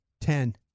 Ten